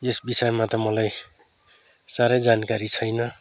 यस विषयमा त मलाई साह्रै जानकारी छैन